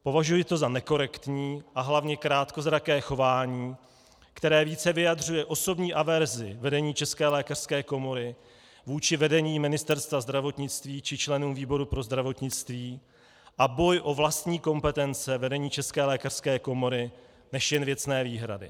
Považuji to za nekorektní a hlavně krátkozraké chování, které více vyjadřuje osobní averzi vedení České lékařské komory vůči vedení Ministerstva zdravotnictví či členům výboru pro zdravotnictví a boj o vlastní kompetence vedení České lékařské komory než jen věcné výhrady.